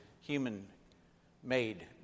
human-made